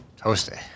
toasty